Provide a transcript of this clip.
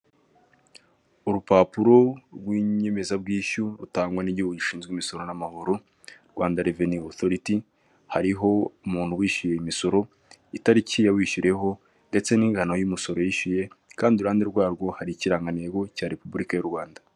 Urupapuro rw'inyemezabwishyu, rutangwa n'igihugu gishinzwe imisoro n'amahoro, Rwanda Revenue Authority, hariho umuntu wishyuye umisoro, itariki yawishyuriyeho, ndetse n'ingano y'umusoro yishyuye, kandi iruhande rwarwo hari ikirangantego cya repubulika y'u Rwanda.